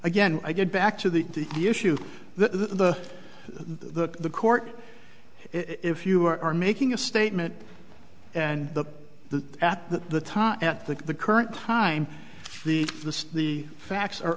again i get back to the issue that the the the court if you are making a statement and that the at the time at the current time the the the facts